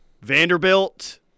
Vanderbilt